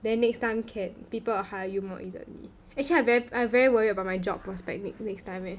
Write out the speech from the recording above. then next time can people will hire you more easily actually I very I very worried about my job prospect next next time leh